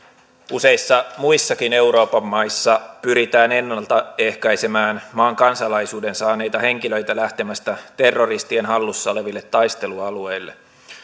useissa muissakin euroopan maissa pyritään ennalta ehkäisemään maan kansalaisuuden saaneita henkilöitä lähtemästä terroristien hallussa oleville taistelualueille